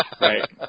Right